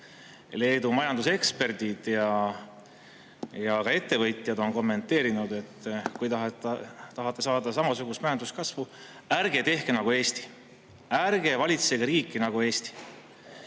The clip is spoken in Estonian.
Leedu majanduseksperdid ja ka ettevõtjad on kommenteerinud, et kui tahate saada samasugust majanduskasvu, siis ärge tehke nagu Eesti, ärge valitsege riiki nagu